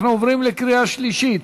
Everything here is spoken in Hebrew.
אנחנו עוברים לקריאה שלישית.